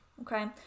Okay